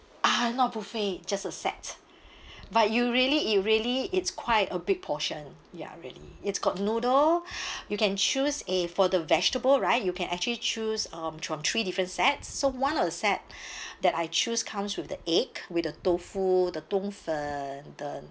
ah not buffet just a set but you really it really it's quite a big portion ya really it's got noodle you can choose uh for the vegetable right you can actually choose um from three different sets so one of the set that I choose comes with the egg with the tofu the 冬粉 um the